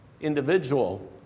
individual